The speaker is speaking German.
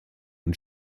und